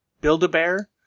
Build-A-Bear